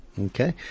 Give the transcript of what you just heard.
Okay